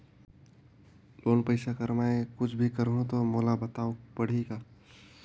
Loan पइसा कर मै कुछ भी करहु तो मोला बताव पड़ही का?